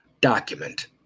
document